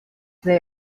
they